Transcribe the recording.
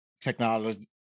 technology